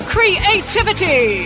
Creativity